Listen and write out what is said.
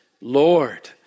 Lord